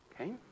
Okay